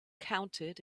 counted